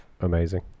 Amazing